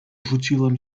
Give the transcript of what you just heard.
rzuciłem